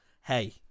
Hey